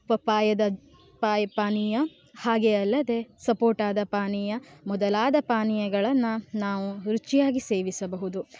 ಪಪ್ಪಾಯದ ಪಾನೀಯ ಹಾಗೆ ಅಲ್ಲದೇ ಸಪೋಟಾದ ಪಾನೀಯ ಮೊದಲಾದ ಪಾನೀಯಗಳನ್ನು ನಾವು ರುಚಿಯಾಗಿ ಸೇವಿಸಬಹುದು